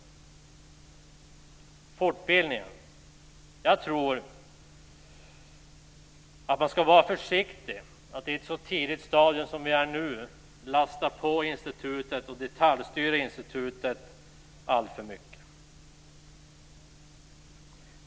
När det gäller fortbildningen tror jag att man ska vara försiktig och inte på ett så här tidigt stadium lasta på institutet och detaljstyra institutet alltför mycket.